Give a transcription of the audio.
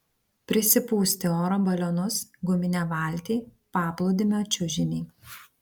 prisipūsti oro balionus guminę valtį paplūdimio čiužinį